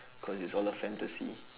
cause it's all a fantasy